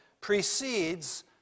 precedes